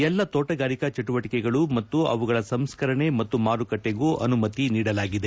ಎಲ್ಲಾ ತೋಟಗಾರಿಕಾ ಚಟುವಟಿಕೆಗಳು ಮತ್ತು ಅವುಗಳ ಸಂಸ್ಕರಣೆ ಮತ್ತು ಮಾರುಕಟ್ಟೆಗೂ ಅನುಮತಿ ನೀಡಲಾಗಿದೆ